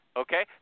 okay